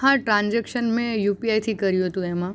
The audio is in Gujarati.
હા ટ્રાનજેક્શન મેં યુપીઆઈથી કર્યું હતું એમાં